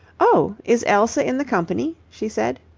oh, is elsa in the company? she said.